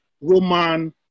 Roman